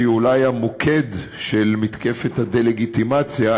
שהיא אולי המוקד של מתקפת הדה-לגיטימציה,